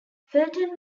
felton